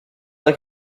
like